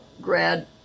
grad